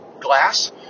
Glass